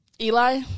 Eli